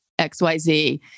XYZ